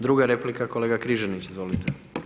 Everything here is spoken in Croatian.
Druga replika kolega Križanić, izvolite.